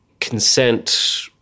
consent